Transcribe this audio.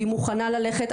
והיא מוכנה ללכת.